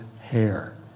hair